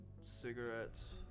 cigarettes